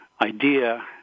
idea